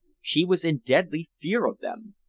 she was in deadly fear of them.